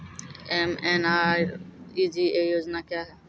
MNREGA योजना क्या हैं?